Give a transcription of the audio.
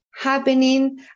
happening